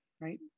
right